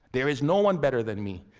there is no one better than me.